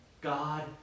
God